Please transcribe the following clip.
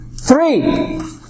Three